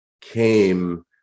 came